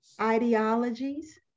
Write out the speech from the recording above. ideologies